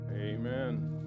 Amen